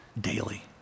daily